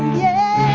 yeah.